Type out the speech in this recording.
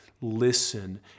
listen